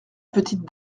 petite